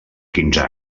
quinze